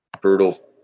brutal